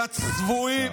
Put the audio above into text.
יא צבועים,